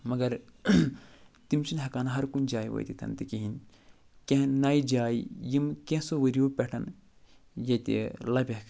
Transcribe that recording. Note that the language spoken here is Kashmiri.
مگر تِم چھِنہٕ ہٮ۪کان ہر کُنہِ جایہِ وٲتِتھ تہِ کِہیٖنۍ کیٚنہہ نَیہِ جایہِ یِم کینژھَو ؤرِیو پٮ۪ٹھ ییٚتہِ لَبِیکھ